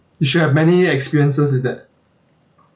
you should have many experiences with that